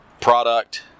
product